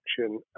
action